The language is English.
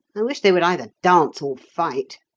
i wish they would either dance or fight.